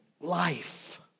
life